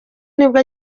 nibwo